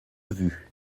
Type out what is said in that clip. vue